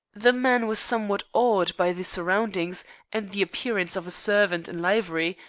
the man was somewhat awed by the surroundings and the appearance of a servant in livery,